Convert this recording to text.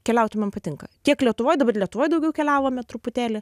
keliauti man patinka tiek lietuvoj dabar lietuvoj daugiau keliavome truputėlį